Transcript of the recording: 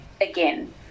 again